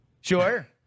Sure